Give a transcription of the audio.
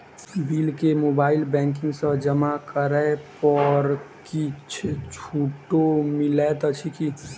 Bill केँ mobile banking सँ जमा करै पर किछ छुटो मिलैत अछि की?